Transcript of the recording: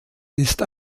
ist